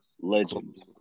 legend